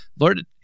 Lord